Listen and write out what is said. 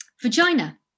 vagina